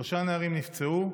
שלושה נערים נפצעו,